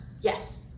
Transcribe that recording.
yes